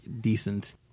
decent